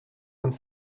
comme